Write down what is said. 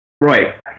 Right